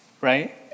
right